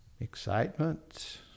Excitement